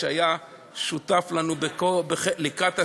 שהיה שותף לנו לקראת הסוף,